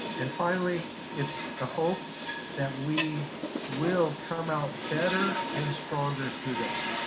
and, finally, it's a hope that we will come out better and stronger through this.